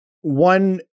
one